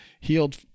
healed